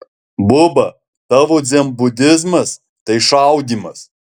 buba tavo dzenbudizmas tai šaudymas